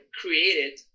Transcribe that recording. created